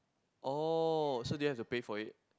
oh so do you have to pay for it